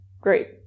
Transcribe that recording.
great